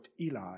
Eli